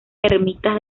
ermitas